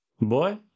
Boy